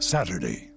Saturday